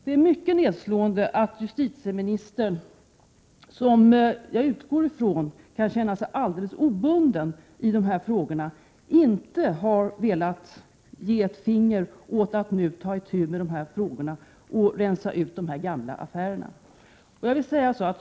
Det är mycket nedslående att justitieministern — som jag utgår från kan känna sig alldeles obunden i de här frågorna — inte har velat lyfta ett finger för att ta itu med de här frågorna och rensa ut de gamla affärerna.